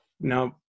Now